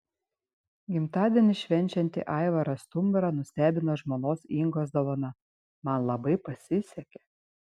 gimtadienį švenčiantį aivarą stumbrą nustebino žmonos ingos dovana man labai pasisekė